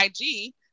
IG